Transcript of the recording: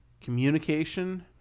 communication